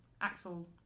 axel